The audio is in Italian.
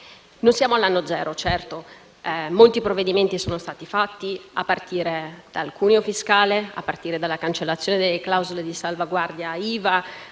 Non siamo all'anno zero, certo, molti provvedimenti sono stati fatti a partire dal cuneo fiscale, a partire dalla cancellazione delle clausole di salvaguardia IVA